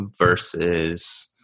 versus